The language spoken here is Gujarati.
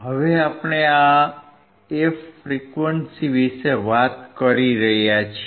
હવે આપણે આ f ફ્રીક્વન્સી વિશે વાત કરી રહ્યા છીએ